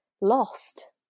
lost